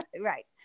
Right